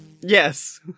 Yes